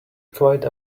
quite